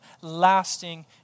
lasting